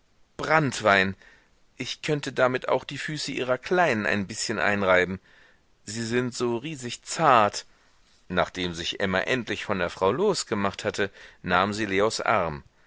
branntwein ich könnte damit auch die füße ihrer kleinen ein bißchen einreiben sie sind so riesig zart nachdem sich emma endlich von der frau losgemacht hatte nahm sie leos arm